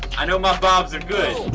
i know my bobs are good.